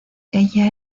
ella